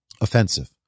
offensive